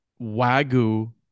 wagyu